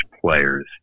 players